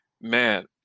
Man